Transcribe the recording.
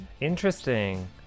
interesting